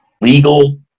legal